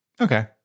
Okay